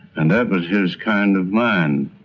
and that was his kind of mind,